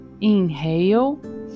Inhale